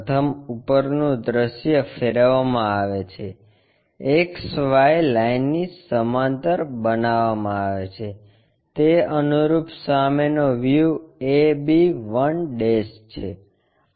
પ્રથમ ઉપરનું દૃશ્ય ફેરવવામાં આવે છે XY લાઇનની સમાંતર બનાવવામાં આવે છે તે અનુરૂપ સામેનો વ્યૂ a b1 છે